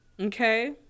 Okay